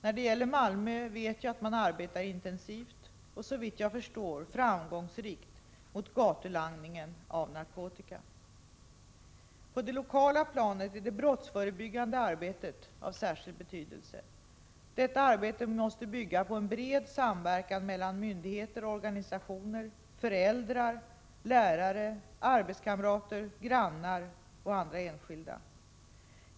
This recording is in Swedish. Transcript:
När det gäller Malmö vet jag att man arbetar intensivt och, såvitt jag förstår, framgångsrikt mot gatulangningen av narkotika. På det lokala planet är det brottsförebyggande arbetet av särskild betydelse. Detta arbete måste bygga på en bred samverkan mellan myndigheter, organisationer, föräldrar, lärare, arbetskamrater, grannar och andra enskilda.